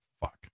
Fuck